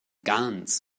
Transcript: ganz